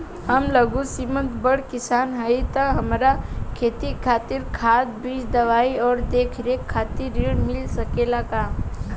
हम लघु सिमांत बड़ किसान हईं त हमरा खेती खातिर खाद बीज दवाई आ देखरेख खातिर ऋण मिल सकेला का?